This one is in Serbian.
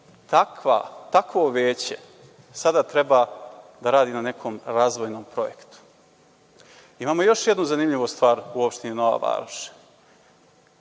ode. Takvo veće sada treba da radi na nekom razvojnom projektu. Imamo još jednu veoma zanimljivu stvar u opštini Nova Varoš.